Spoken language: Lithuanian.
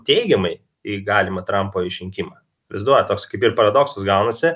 teigiamai į galimą trampo išrinkimą įsivaizduojat toks kaip ir paradoksas gaunasi